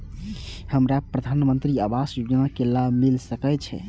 हमरा प्रधानमंत्री आवास योजना के लाभ मिल सके छे?